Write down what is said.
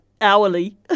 hourly